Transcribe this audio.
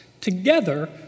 together